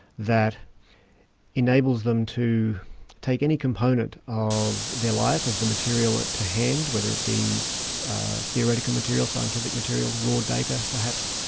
that enables them to take any component of their life, of the material to hand, whether it be theoretical material, scientific material, raw data perhaps,